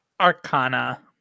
Arcana